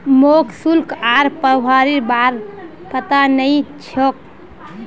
मोक शुल्क आर प्रभावीर बार पता नइ छोक